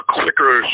quicker